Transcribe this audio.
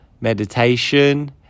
meditation